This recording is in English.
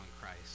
Christ